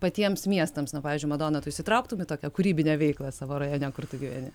patiems miestams na pavyzdžiui madona tu įsitrauktum į tokią kūrybinę veiklą savo rajone kur tu gyveni